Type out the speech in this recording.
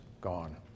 gone